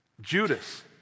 judas